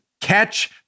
catch